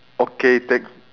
okay thank y~